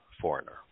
foreigner